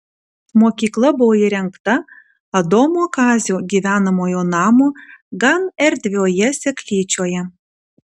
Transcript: mokykla buvo įrengta adomo kazio gyvenamojo namo gan erdvioje seklyčioje